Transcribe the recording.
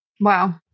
Wow